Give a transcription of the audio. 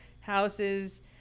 houses